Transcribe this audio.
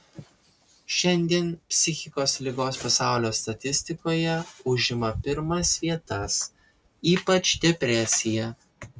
šiandien psichikos ligos pasaulio statistikoje užima pirmas vietas ypač depresija